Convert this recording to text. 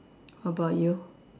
how about you